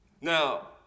Now